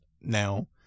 now